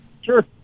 Sure